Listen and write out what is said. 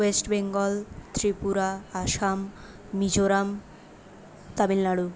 West Bengal Tripura Assam Mizoram Tamil Nadu